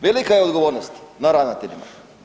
Velika je odgovornost na ravnateljima.